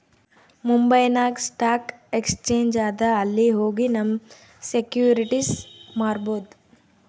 ಮುಂಬೈನಾಗ್ stock exchange ಅದಾ ಅಲ್ಲಿ ಹೋಗಿ ನಮ್ ಸೆಕ್ಯೂರಿಟಿಸ್ ಮಾರ್ಬೊದ್